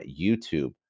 YouTube